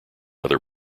other